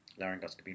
laryngoscopy